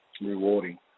rewarding